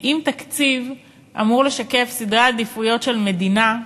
אם תקציב אמור לשקף סדרי עדיפויות של מדינה,